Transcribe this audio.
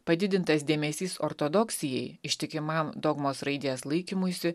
padidintas dėmesys ortodoksijai ištikimam dogmos raidės laikymuisi